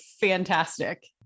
fantastic